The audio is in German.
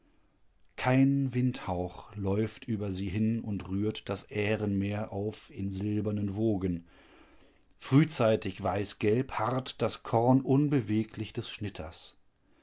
kein windhauch läuft über sie hin und rührt das ährenmeer auf in silbernen wogen frühzeitig weißgelb harrt das korn unbeweglich des schnitters